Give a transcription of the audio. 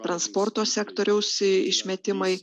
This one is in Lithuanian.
transporto sektoriaus išmetimai